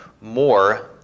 more